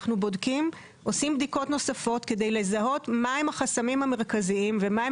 אנחנו עושים בדיקות נוספות כדי לזהות מהם החסמים המרכזיים ומהם